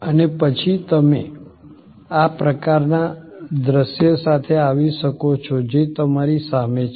અને પછી તમે આ પ્રકારના દૃશ્ય સાથે આવી શકો છો જે તમારી સામે છે